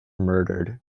murdered